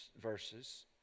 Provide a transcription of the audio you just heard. verses